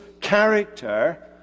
character